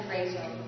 Rachel